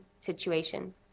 situations